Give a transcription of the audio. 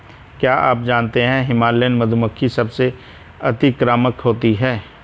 क्या आप जानते है हिमालयन मधुमक्खी सबसे अतिक्रामक होती है?